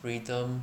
freedom